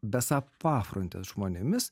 besą pafrontės žmonėmis